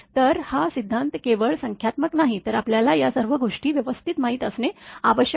तर हा सिद्धांत केवळ संख्यात्मक नाही तर आपल्याला या सर्व गोष्टी व्यवस्थित माहित असणे आवश्यक आहे